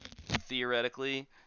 theoretically